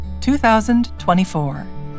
2024